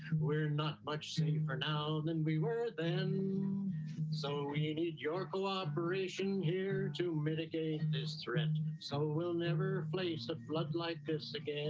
we're not much safer now than we were then so we need your cooperation here to mitigate this thread so will never replace the flood like this again